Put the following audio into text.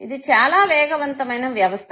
ఇది చాలా వేగవంతమైన వ్యవస్థ